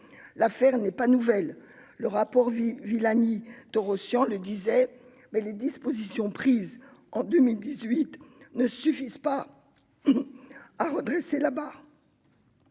L'affaire n'est pas nouvelle : le rapport Villani-Torossian le disait déjà, mais les dispositions prises en 2018 n'ont pas suffi à redresser la barre.